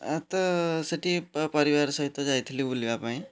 ତ ସେଠି ପରିବାର ସହିତ ଯାଇଥିଲି ବୁଲିବା ପାଇଁ